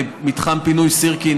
במתחם פינוי סירקין,